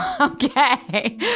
Okay